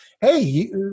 Hey